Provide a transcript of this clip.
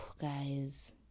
guys